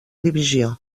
divisió